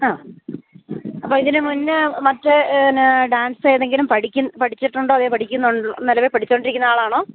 ആ അപ്പോള് ഇതിനു മുന്നെ മറ്റ് എന്നാ ഡാൻസേതെങ്കിലും പഠിച്ചിട്ടുണ്ടോ അതോ നിലവില് പഠിച്ചുകൊണ്ടിരിക്കുന്ന ആളാണോ